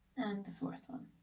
and the forest um